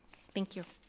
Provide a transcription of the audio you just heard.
thank you.